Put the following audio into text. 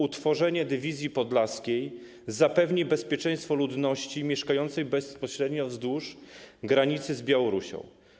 Utworzenie dywizji podlaskiej zapewni bezpieczeństwo ludności mieszkającej bezpośrednio wzdłuż granicy z Białorusią.